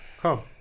Come